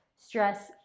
stress